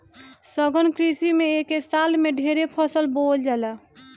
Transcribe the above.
सघन कृषि में एके साल में ढेरे फसल बोवल जाला